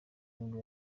nibwo